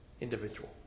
individual